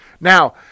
Now